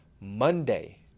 Monday